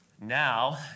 Now